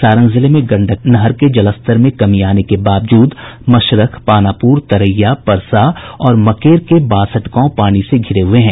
सारण जिले में गंडक नहर के जलस्तर में कमी आने के बावजूद मशरक पानापुर तरैया परसा और मकेर के बासठ गांव बाढ़ के पानी से घिरे हुये हैं